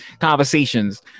conversations